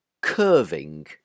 curving